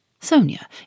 Sonia